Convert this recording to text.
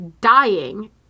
dying